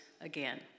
again